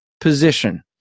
position